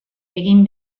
egin